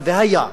אבל והיה,